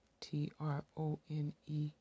T-R-O-N-E